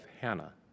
Hannah